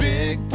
Big